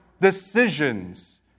decisions